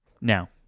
now